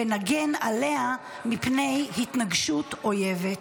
ונגן עליה מפני התנגשות אויבת".